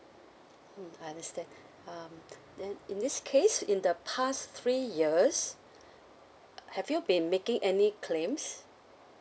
mm I understand um then in this case in the past three years have you been making any claims